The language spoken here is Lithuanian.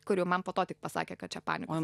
kur jau man po to tik pasakė kad čia panikos